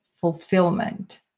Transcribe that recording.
fulfillment